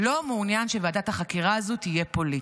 לא מעוניין שוועדת החקירה הזאת תהיה פוליטית.